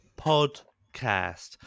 Podcast